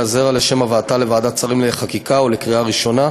הזרע לשם הבאתה לוועדת שרים לחקיקה ולקריאה ראשונה,